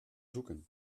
zoeken